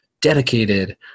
dedicated